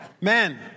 Men